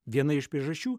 viena iš priežasčių